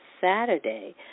Saturday